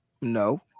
No